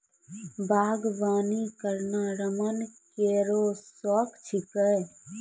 बागबानी करना रमन केरो शौक छिकै